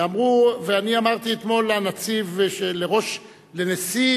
ואני אמרתי אתמול לנציב, לנשיא